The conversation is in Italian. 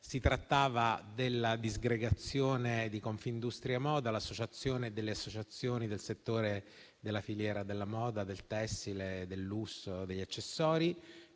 Si tratta della disgregazione di Confindustria Moda, l'associazione delle associazioni del settore della filiera della moda, del tessile, del lusso, degli accessori,